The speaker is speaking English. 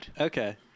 okay